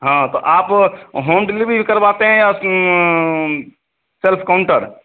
हाँ तो आप होम डिलीवरी भी करवाते हैं या सिर्फ़ काउंटर